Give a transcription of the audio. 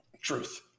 Truth